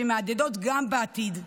שמהדהדות גם בעתיד.